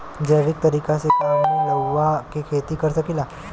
जैविक तरीका से का हमनी लउका के खेती कर सकीला?